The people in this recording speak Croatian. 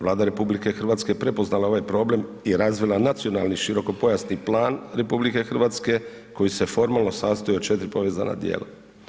Vlada RH je prepoznala ovaj problem i razvila nacionalni širokopojasni plan RH koji se formalno sastoji od 4 povezana dijela.